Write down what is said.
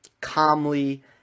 calmly